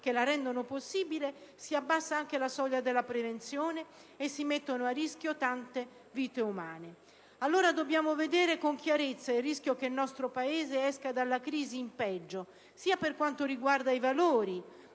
che rendono possibile la sicurezza) si abbassa anche la soglia della prevenzione e si mettono a rischio tante vite umane. Allora dobbiamo valutare con chiarezza il rischio che il nostro Paese esca dalla crisi in peggio, sia per quanto riguarda i valori